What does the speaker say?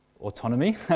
autonomy